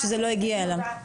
שזה לא הגיע אליו.